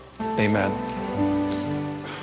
amen